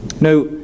Now